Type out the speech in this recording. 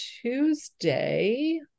Tuesday